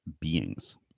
beings